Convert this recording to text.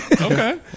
Okay